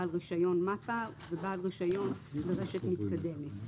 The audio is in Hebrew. בעל רישיון מפ"א ובעל רישיון ברשת מתקדמת".